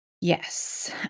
Yes